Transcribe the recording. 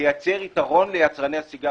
תייצר יתרון ליצרני הסיגריות.